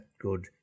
Good